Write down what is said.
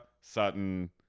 Sutton